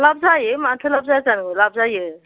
लाब जायो माथो लाब जाया जानो लाब जायो